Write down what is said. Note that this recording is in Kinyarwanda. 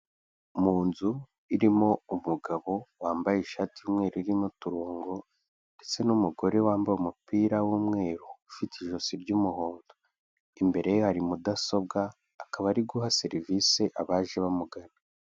Mu nzu irimo umugabo wambaye ishati y'umweru irimo uturongo ndetse n'umugore wambaye umupira w'umweru ufite ijosi ry'umuhondo, imbere ye hari mudasobwa akaba ari guha serivisi abaje bamugana.